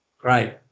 Great